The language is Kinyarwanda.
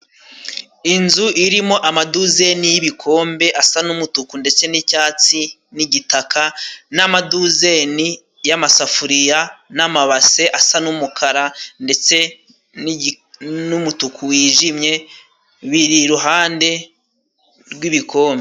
Inzu irimo amaduzeni y'ibikombe asa n'umutuku ndetse n'icyatsi n'igitaka, n'amaduzeni y'amasafuriya n'amabase asa n'umukara ndetse n'umutuku wijimye, biri iruhande rw'ibikombe.